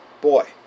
boy